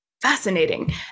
Fascinating